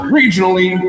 regionally